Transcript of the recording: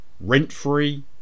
rent-free